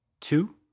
Two